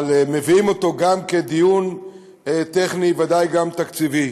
אבל מביאים אותו גם כדיון טכני, ודאי גם תקציבי.